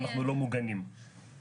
לא כתוב לי פה השם.